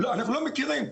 אנחנו לא מכירים.